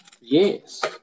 yes